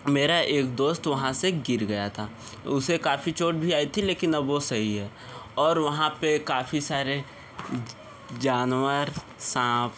मेरा एक दोस्त वहाँ से गिर गया था उसे काफ़ी चोट भी आई थी लेकिन अब वो सही है और वहाँ पर काफ़ी सारे जानवर साँप